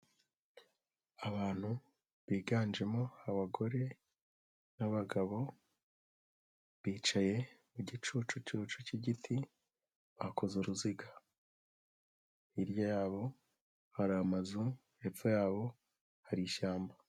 Abantu biganjemo abagore n'abagabo, bicaye mu gicucucucu cy'igiti bakoze uruziga. Hirya yabo hari amazu, hepfo yabo hari ishyamba.